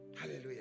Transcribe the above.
Hallelujah